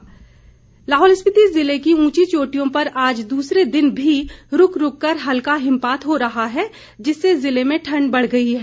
मौसम लाहौल स्पीति ज़िले की ऊंची चोटियों पर आज दूसरे दिन भी रूक रूक कर हल्का हिमपात हो रहा है जिससे जिले में ठण्ड बढ़ गई है